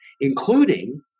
including